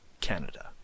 Canada